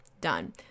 done